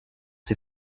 ses